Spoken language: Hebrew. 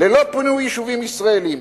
ללא פינוי יישובים ישראליים.